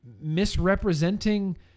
misrepresenting